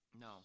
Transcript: No